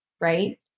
right